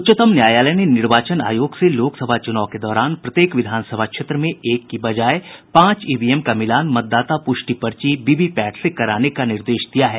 उच्चतम न्यायालय ने निर्वाचन आयोग से लोकसभा चुनाव के दौरान प्रत्येक विधानसभा क्षेत्र में एक की बजाय पांच ईवीएम का मिलान मतदाता प्रष्टि पर्ची वीवीपैट से कराने का निर्देश दिया है